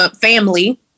family